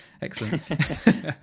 excellent